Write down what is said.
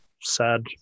sad